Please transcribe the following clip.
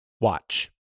watch